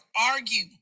argue